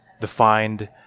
defined